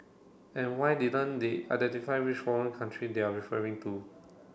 and why didn't they identify which foreign country they're referring to